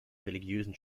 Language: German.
religiösen